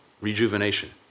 rejuvenation